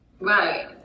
right